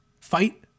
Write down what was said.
fight